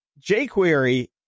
jQuery